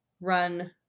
run